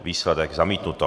Výsledek zamítnuto.